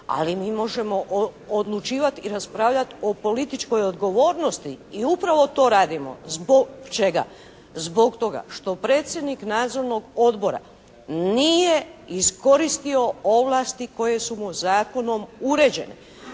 Ali mi možemo odlučivati i raspravljati o političkoj odgovornosti i upravo to radimo. Zbog čega? Zbog toga što predsjednik nadzornog odbora nije iskoristio ovlasti koje su mu zakonom uređene.